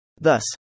Thus